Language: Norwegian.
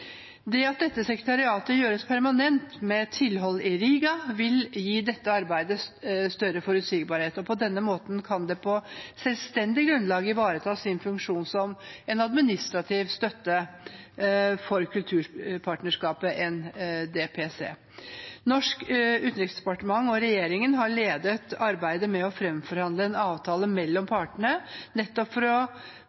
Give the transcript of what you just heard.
Det at sekretariatet gjøres permanent med tilhold i Riga, vil gi arbeidet større forutsigbarhet, og på den måten kan det på selvstendig grunnlag ivareta sin funksjon som en administrativ støtte for kulturpartnerskapet, NDPC. Det norske utenriksdepartementet og regjeringen har ledet arbeidet med å framforhandle en avtale mellom